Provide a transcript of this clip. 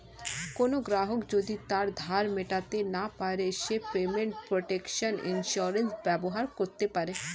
কোনো গ্রাহক যদি তার ধার মেটাতে না পারে সে পেমেন্ট প্রটেকশন ইন্সুরেন্স ব্যবহার করতে পারে